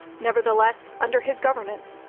nevertheless, under his governance,